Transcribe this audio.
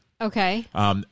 Okay